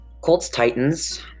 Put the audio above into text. Colts-Titans